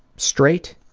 straight,